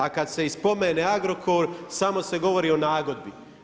A kada se i spomene Agrokor samo se govori o nagodbi.